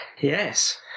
Yes